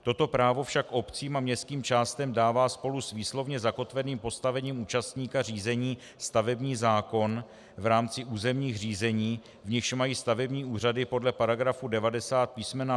Toto právo však obcím a městským částem dává spolu s výslovně zakotveným postavením účastníka řízení stavební zákon v rámci územních řízení, v nichž mají stavební úřady podle § 90 písm.